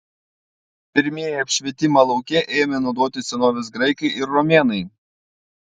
pirmieji apšvietimą lauke ėmė naudoti senovės graikai ir romėnai